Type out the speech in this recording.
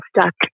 stuck